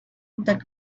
that